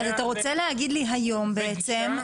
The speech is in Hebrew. אתה רוצה להגיד לי שהיום בעצם,